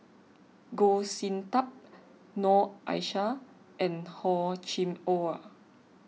Goh Sin Tub Noor Aishah and Hor Chim or